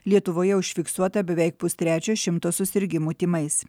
lietuvoje užfiksuota beveik pustrečio šimto susirgimų tymais